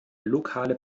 lokale